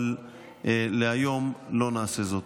אבל היום לא נעשה זאת.